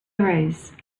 arose